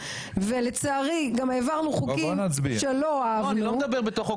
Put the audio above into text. ולצערי גם העברנו חוקים שלא העברנו,